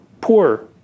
poor